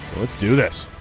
let's do this.